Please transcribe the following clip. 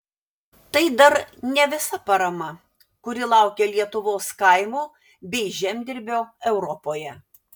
tai dar ne visa parama kuri laukia lietuvos kaimo bei žemdirbio europoje